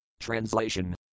Translation